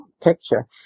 picture